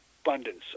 abundance